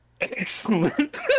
excellent